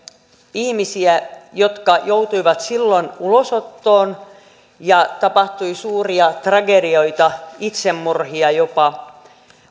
ihmiset jotka joutuivat silloin ulosottoon tapahtui suuria tragedioita itsemurhia jopa